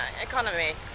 economy